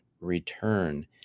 return